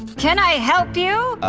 can i help you? ah,